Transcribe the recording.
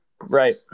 Right